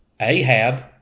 Ahab